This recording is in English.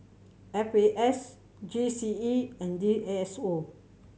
F A S G C E and D S O